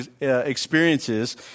experiences